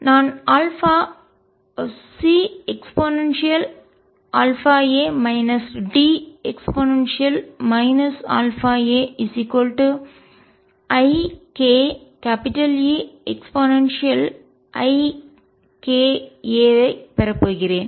நான் C eαa D e αaik E eika ஐப் பெறப்போகிறேன்